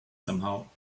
somehow